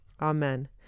Amen